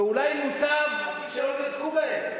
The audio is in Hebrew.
ואולי מוטב שלא תתעסקו בהם.